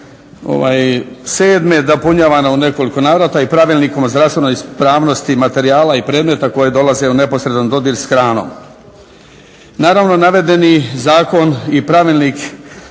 dopunjavano u nekoliko navrata i pravilnikom o zdravstvenoj ispravnosti materijala i predmeta koji dolaze u neposredan dodir s hranom. Naravno, navedeni zakon i pravilnik